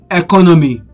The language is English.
economy